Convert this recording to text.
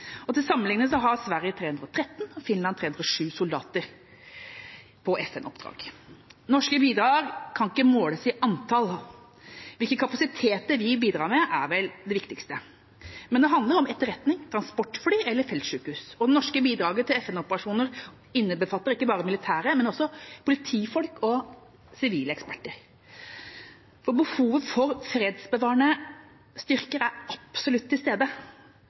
januar. Til sammenligning har Sverige 313 og Finland 307 soldater på FN-oppdrag. Norske bidrag kan ikke måles i antall. Hvilke kapasiteter vi bidrar med, er vel det viktigste. Men det handler om etterretning, transportfly eller feltsykehus, og det norske bidraget til FN-operasjoner innbefatter ikke bare militære, men også politifolk og sivile eksperter. Behovet for fredsbevarende styrker er absolutt til stede.